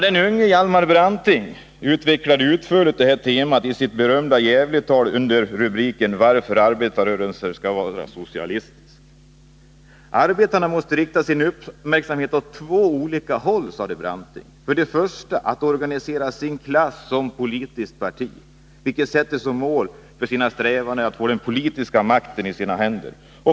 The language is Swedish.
Den unge Hjalmar Branting utvecklade utförligt detta tema i sitt berömda Gävletal under rubriken Varför arbetarrörelsen måste bli socialistisk. Arbetarna måste rikta sin uppmärksamhet åt två olika håll, sade Hjalmar Branting. För det första måste de organisera sin klass som politiskt parti, vilket sätter som mål för strävandena att få den politiska makten i sina händer.